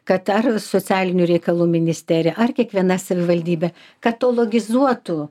kad ar socialinių reikalų ministerija ar kiekviena savivaldybė katologizuotų